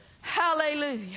Hallelujah